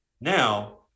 Now